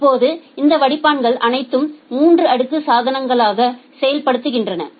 இப்போது இந்த வடிப்பான்கள் அனைத்தும் 3 அடுக்கு சாதனங்களாக செயல்படுத்தப்படுகின்றன